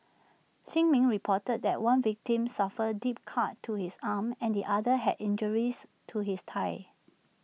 shin min reported that one victim suffered deep cuts to his arm and the other had injuries to his thigh